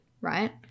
right